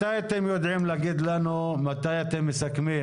מתי אתם יודעים להגיד לנו מתי אתם מסכמים,